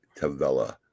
Tavella